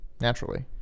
naturally